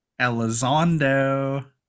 Elizondo